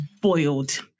boiled